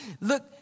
Look